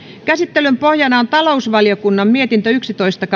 käsittelyn pohjana on talousvaliokunnan mietintö yksitoista